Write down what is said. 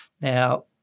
Now